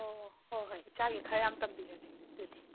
ꯑꯣ ꯑꯣ ꯍꯣꯏ ꯍꯣꯏ ꯏꯆꯥꯒꯤ ꯈꯔ ꯌꯥꯝ ꯇꯝꯕꯤꯔꯒꯦ ꯑꯗꯨꯗꯤ